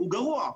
הוא גרוע.